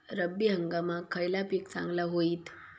रब्बी हंगामाक खयला पीक चांगला होईत?